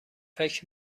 فکر